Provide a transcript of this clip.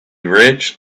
rich